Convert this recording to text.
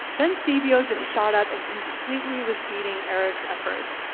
then cbo just shot up and completely was beating eric's efforts.